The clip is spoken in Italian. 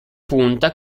punta